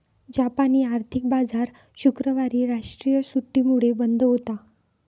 जापानी आर्थिक बाजार शुक्रवारी राष्ट्रीय सुट्टीमुळे बंद होता